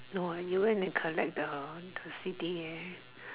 no you went to collect the the C_D yeah